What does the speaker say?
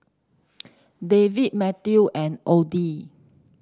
David Mathew and Audy